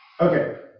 Okay